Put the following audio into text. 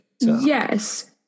Yes